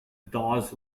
dawes